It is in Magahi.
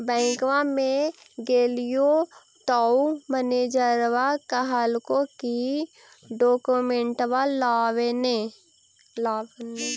बैंकवा मे गेलिओ तौ मैनेजरवा कहलको कि डोकमेनटवा लाव ने?